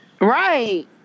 Right